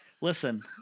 listen